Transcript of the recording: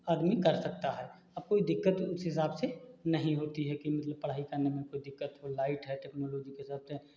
आदमी कर सकता है अब कोई दिक्कत उस हिसाब से नहीं होती है कि मतलब पढ़ाई करने में कोई दिक्कत हो लाइट है टेक्नोलॉजी के हिसाब से